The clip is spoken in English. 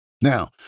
Now